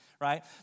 right